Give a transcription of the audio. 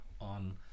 on